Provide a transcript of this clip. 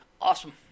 Awesome